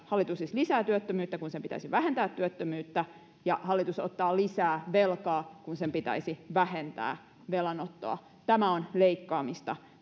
hallitus lisää työttömyyttä kun sen pitäisi vähentää työttömyyttä ja hallitus ottaa lisää velkaa kun sen pitäisi vähentää velanottoa tämä on leikkaamista